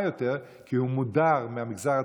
יותר זה כי הוא מודר מהמגזר הציבורי,